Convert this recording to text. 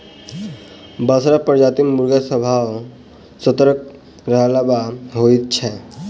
बसरा प्रजातिक मुर्गा स्वभाव सॅ सतर्क रहयबला होइत छै